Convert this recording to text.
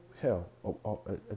hell